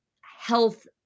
health